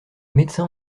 médecins